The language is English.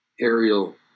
aerial